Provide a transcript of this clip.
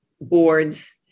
boards